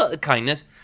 kindness